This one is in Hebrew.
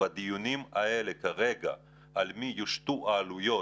בדיונים כרגע בנושא על מי יושתו העלויות